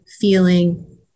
feeling